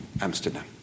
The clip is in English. Amsterdam